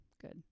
good